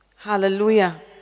Hallelujah